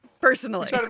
personally